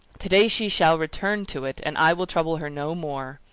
to-day she shall return to it, and i will trouble her no more.